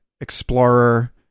explorer